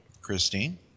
Christine